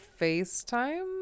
FaceTime